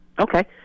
Okay